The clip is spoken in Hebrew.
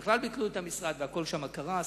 כשבכלל ביטלו את המשרד והכול שם קרס.